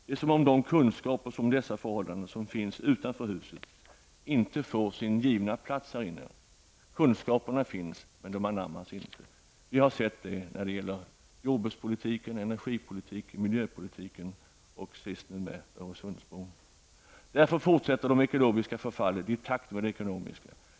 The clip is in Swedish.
Det är som om de kunskaper om dessa förhållanden som finns utanför huset inte får sin givna plats härinne. Kunskaperna finns, men de anammas inte. Vi har sett detta när det gäller jordbrukspolitiken, energipolitiken, miljöpolitiken och nu sist Öresundsbron. Därför fortsätter det ekologiska förfallet i takt med det ekonomiska.